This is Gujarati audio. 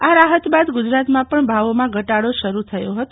આ રાહત બાદ ગુજરાતમાં પણ ભાવોમાં ઘટાડો શરૂ થયો હતો